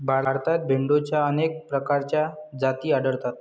भारतात भेडोंच्या अनेक प्रकारच्या जाती आढळतात